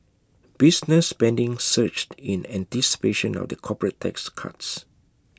business spending surged in anticipation of the corporate tax cuts